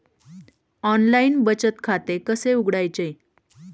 Online बचत खाते कसे उघडायचे?